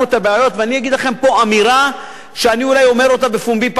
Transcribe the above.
ואני אגיד לכם פה אמירה שאני אולי אומר אותה בפומבי פעם ראשונה: